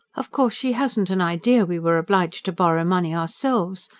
of course she hasn't an idea we were obliged to borrow money ourselves,